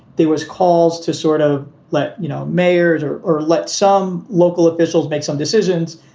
there was calls to sort of let you know, mayors or let some local officials make some decisions.